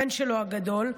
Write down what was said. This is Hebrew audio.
הבן הגדול שלו,